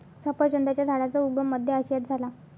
सफरचंदाच्या झाडाचा उगम मध्य आशियात झाला